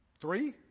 Three